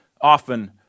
often